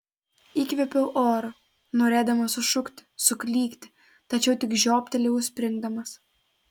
įkvėpiau oro norėdamas sušukti suklykti tačiau tik žioptelėjau springdamas